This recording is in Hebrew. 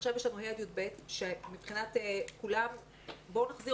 עכשיו יש לנו ה' עד י"ב שמבחינת כולם בואו נחזיר